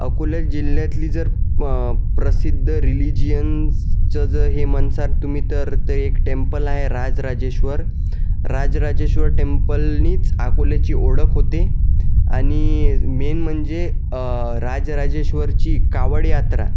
अकोला जिल्ह्यातली जर प्रसिद्ध रिलिजिअन्सचं जर हे म्हणसाल तुम्ही तर ते एक टेम्पल आहे राजराजेश्वर राजराजेश्वर टेम्पलनीच अकोल्याची ओळख होते आणि मेन म्हणजे राजराजेश्वरची कावड यात्रा